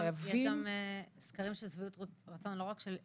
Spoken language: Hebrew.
יש גם סקרים של שביעות רצון לא רק של מטופלים,